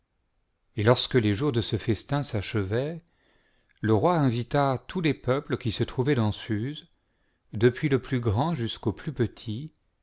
et lorsque les jours de ce festin s'achevaient le roi invita tout le peuple qui se trouva dans suse depuis le plus grand jusqu'au plus petit